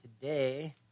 today